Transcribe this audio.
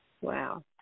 Wow